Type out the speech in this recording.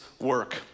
work